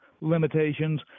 limitations